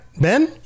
ben